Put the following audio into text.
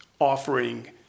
offering